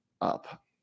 up